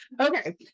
okay